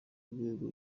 rwego